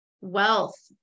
wealth